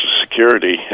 Security